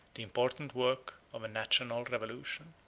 the important work of a national revolution.